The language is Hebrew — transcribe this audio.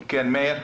כן, מאיר.